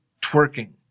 twerking